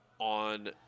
On